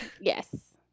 yes